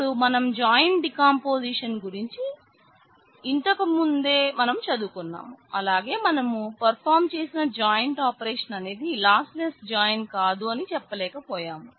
ఇపుడు మనం join decomposition కాదు అని చెప్పలేకపోయాం